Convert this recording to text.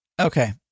Okay